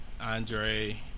Andre